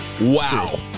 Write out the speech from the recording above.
Wow